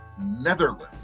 Netherlands